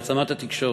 מעצמת התקשורת.